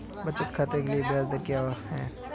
बचत खाते के लिए ब्याज दर क्या है?